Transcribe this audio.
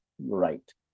right